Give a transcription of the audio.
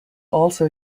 also